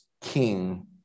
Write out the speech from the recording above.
king